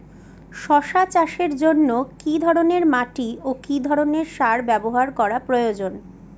শশা চাষের জন্য কি ধরণের মাটি ও কি ধরণের সার ব্যাবহার করা প্রয়োজন?